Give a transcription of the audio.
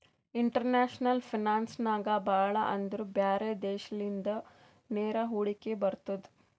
international finance ನಾಗ್ ಭಾಳ ಅಂದುರ್ ಬ್ಯಾರೆ ದೇಶಲಿಂದ ನೇರ ಹೂಡಿಕೆ ಬರ್ತುದ್